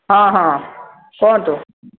ହଁ ହଁ କୁହନ୍ତୁ